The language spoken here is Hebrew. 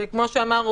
כמו שהוא אמר,